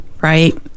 right